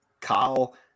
Kyle